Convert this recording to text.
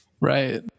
Right